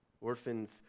orphans